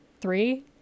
Three